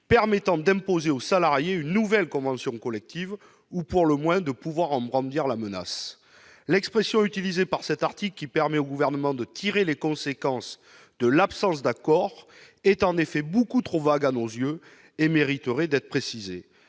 permettant d'imposer aux salariés une nouvelle convention collective ou, pour le moins, d'en brandir la menace. La rédaction de cet article, qui permet au Gouvernement de tirer les conséquences de l'absence d'accords, est beaucoup trop vague à nos yeux et mériterait d'être précisée.